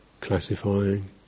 classifying